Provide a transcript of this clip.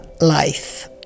life